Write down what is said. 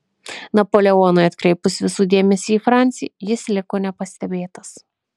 napoleonui atkreipus visų dėmesį į francį jis liko nepastebėtas